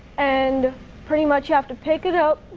and pretty much you have to pick it up,